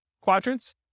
quadrants